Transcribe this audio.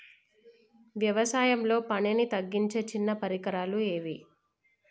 వ్యవసాయంలో పనిని తగ్గించే చిన్న పరికరాలు ఏవి?